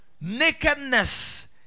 nakedness